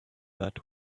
that